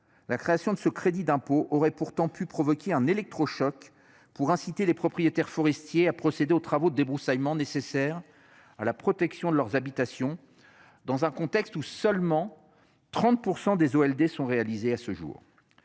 La création de ce crédit d'impôt aurait pourtant pu provoquer un électrochoc pour inciter les propriétaires forestiers à procéder aux travaux de débroussaillement nécessaires à la protection de leurs habitations dans un contexte où seulement 30% des OL des sont réalisés à ce jour.